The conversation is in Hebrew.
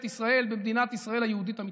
ישראל במדינת ישראל היהודית המתחדשת.